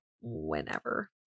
whenever